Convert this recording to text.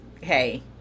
hey